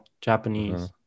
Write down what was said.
Japanese